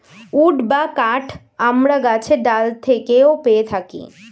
would বা কাঠ আমরা গাছের ডাল থেকেও পেয়ে থাকি